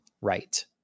right